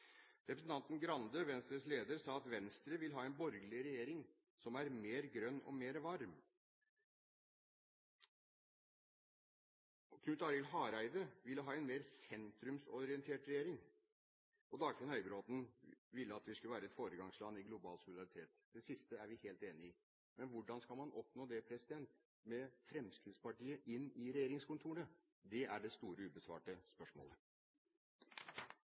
Representanten Skei Grande, Venstres leder, sa at Venstre vil ha en borgerlig regjering som er mer grønn og mer varm, Knut Arild Hareide ville ha en mer sentrumsorientert regjering, og Dagfinn Høybråten ville at vi skulle være et foregangsland i global solidaritet. Det siste er vi helt enig i, men hvordan skal man oppnå det med Fremskrittspartiet i regjeringskontorene? Det er det store ubesvarte spørsmålet.